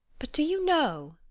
but do you know,